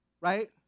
right